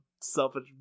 selfish